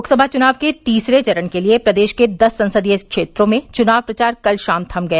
लोकसभा चुनाव के तीसरे चरण के लिए प्रदेश के दस संसदीय क्षेत्रों में चुनाव प्रचार कल शाम थम गया